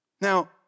now